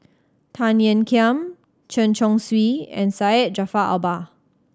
Tan Ean Kiam Chen Chong Swee and Syed Jaafar Albar